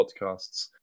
podcasts